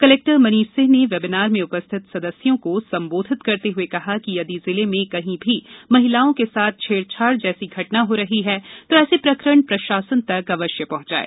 collector Manish Singh ने webinar में उपस्थित सदस्यों को संबोधित करते हुये कहा कि यदि जिले में कहीं भी महिलाओं के साथ छेड़छाड़ जैसी घटना हो रही है तो ऐसे प्रकरण प्रषासन तक अवश्य पहुंचाये